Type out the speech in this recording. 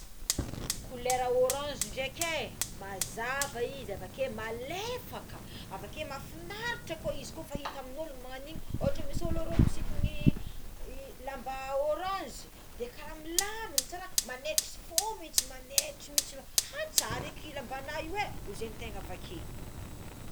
Kolera orange draiky é mazava izy avakeo malefaka avakeo mafinaritra koa izy ko efa ita amign'olo manan'agny igny otra misikiny lamba orange de kara milamigna tsara ka manaitra fo izy manaitra mihintsy ka tsara edy lambanao io ozy ategna avakeo.